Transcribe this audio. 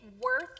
worth